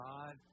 God